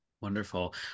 wonderful